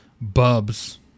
bubs